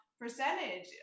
percentage